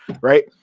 right